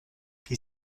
chi